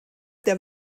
der